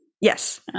Yes